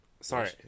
Sorry